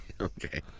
Okay